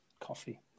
Coffee